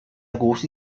agosto